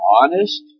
honest